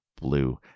blue